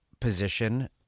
position